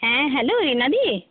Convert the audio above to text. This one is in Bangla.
হ্যাঁ হ্যালো রীনাদি